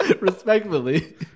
respectfully